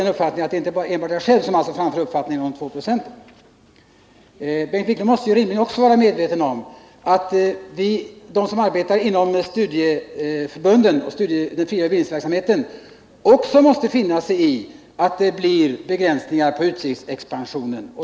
Det är alltså inte bara jag själv som framför denna uppfattning. Bengt Wiklund måste också rimligen själv vara medveten om att de som arbetar inom studieförbunden och den fria bildningsverksamheten måste finna sig i begränsningar i utgiftsexpansionen.